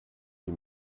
die